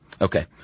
Okay